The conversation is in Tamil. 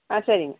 ஆ சரிங்க